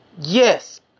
Yes